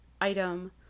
item